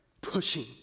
pushing